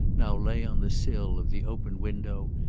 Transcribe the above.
now lay on the sill of the open window,